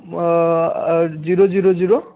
zero zero zero